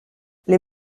les